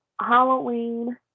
Halloween